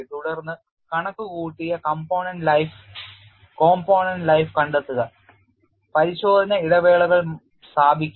തുടർന്ന് കണക്കുകൂട്ടിയ component life കണ്ടെത്തുക പരിശോധന ഇടവേളകൾ സ്ഥാപിക്കുക